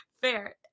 Fair